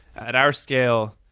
at our scale,